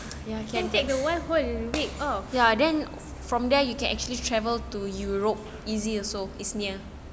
you can take away one big off